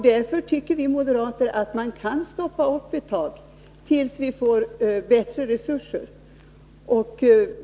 Därför tycker vi moderater att man kan vänta ett tag tills vi får bättre resurser.